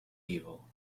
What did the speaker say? evil